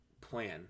plan